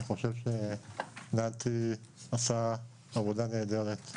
אני חושב שנתי עשה עבודה נהדרת.